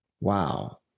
Wow